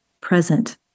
present